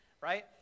right